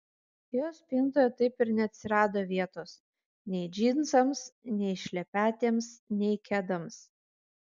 jos spintoje taip ir neatsirado vietos nei džinsams nei šlepetėms nei kedams